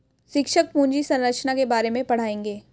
शिक्षक पूंजी संरचना के बारे में पढ़ाएंगे